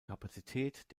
kapazität